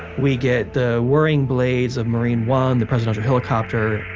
we'd get the whirring blades of marine one, the presidential helicopter.